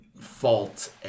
Fault